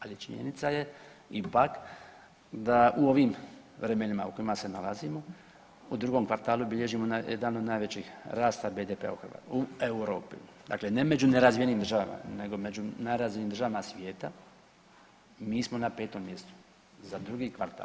Ali činjenica je ipak da u ovim vremenima u kojima se nalazimo u drugom kvartalu bilježimo jedan od najvećih rasta BDP-a u Europi, dakle ne među nerazvijenim državama nego među najrazvijenijim državama svijeta mi smo na 5. mjestu za drugi kvartal.